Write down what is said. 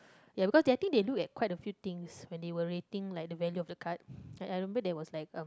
ya because they I think they look at quite a few things when they were rating like the value of the card I I remember there was like uh